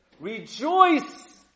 Rejoice